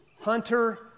Hunter